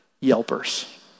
Yelpers